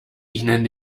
ihnen